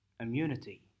immunity